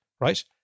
right